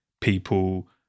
people